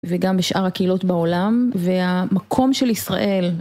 וגם בשאר הקהילות בעולם, והמקום של ישראל.